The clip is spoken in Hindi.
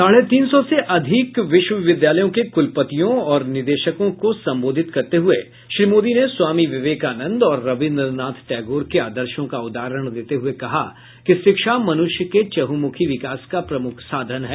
साढ़े तीन सौ से अधिक विश्वविद्यालयों के कुलपतियों और निदेशकों को संबोधित करते हुए श्री मोदी ने स्वामी विवेकानंद और रवीन्द्र नाथ टैगोर के आदर्शों का उदाहरण देते हुए कहा कि शिक्षा मनुष्य के चहुमुखी विकास का प्रमुख साधन है